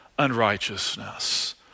unrighteousness